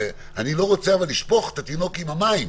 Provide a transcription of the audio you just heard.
אבל אני לא רוצה לשפוך את התינוק עם המים,